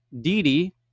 Didi